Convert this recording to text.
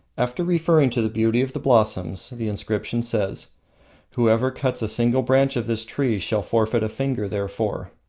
after referring to the beauty of the blossoms, the inscription says whoever cuts a single branch of this tree shall forfeit a finger therefor.